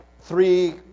three